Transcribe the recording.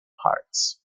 hearts